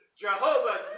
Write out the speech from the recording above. Jehovah